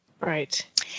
Right